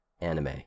anime